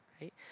right